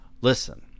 Listen